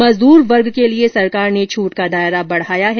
मजदूर वर्ग के लिए सरकार ने छूट का दायरा बढाया है